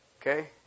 Okay